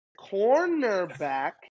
Cornerback